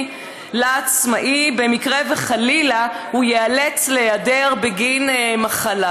לעצמאי במקרה שחלילה הוא ייאלץ להיעדר בגין מחלה.